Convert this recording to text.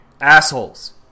assholes